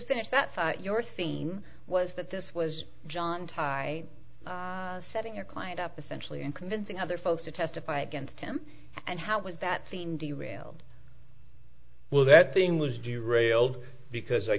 finish that thought your scheme was that this was john tie setting your client up essentially and convincing other folks to testify against him and how was that seen the real well that thing was derailed because i